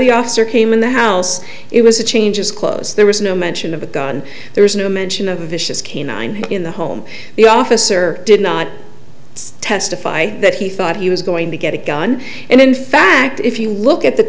the officer came in the house it was a change of clothes there was no mention of a gun there was no mention of a vicious canine in the home the officer did not testify that he thought he was going to get a gun and in fact if you look at the